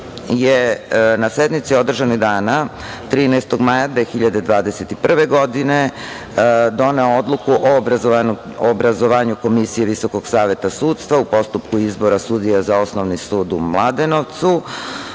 je na sednici održanoj dana 13. maja 2021. godine doneo odluku o obrazovanju Komisije VSS u postupku izbora sudija za Osnovni sud u Mladenovcu,